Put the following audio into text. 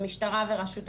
המשטרה ורשות הכיבוי.